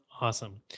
Awesome